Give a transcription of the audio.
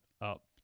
up